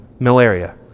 Malaria